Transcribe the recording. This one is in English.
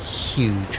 huge